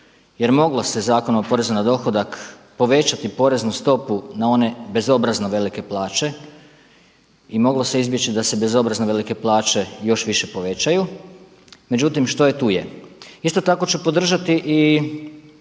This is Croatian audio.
jer moglo se Zakonom o porezu na dohodak povećati poreznu stopu na one bezobrazno velike plaće i moglo se izbjeći da se bezobrazno velike plaće još više povećaju. Međutim što je tu je. Isto tako ću podržati i